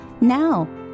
now